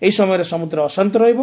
ଏହି ସମୟରେ ସମୁଦ୍ର ଅଶାନ୍ତ ରହିବ